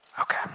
Okay